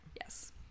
yes